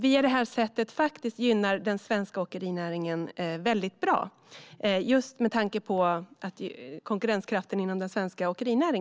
På det sättet gynnar man den svenska åkerinäringen och konkurrenskraften inom den väldigt bra.